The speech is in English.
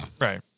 right